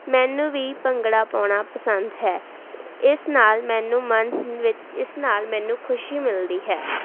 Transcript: ਮੈਨੂੰ ਵੀ ਭੰਗੜਾ ਪਾਉਣਾ ਪਸੰਦ ਹੈ ਇਸ ਨਾਲ ਮੈਨੂੰ ਮਨ ਵਿੱਚ ਇਸ ਨਾਲ ਮੈਨੂੰ ਖੁਸ਼ੀ ਮਿਲਦੀ ਹੈ